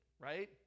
right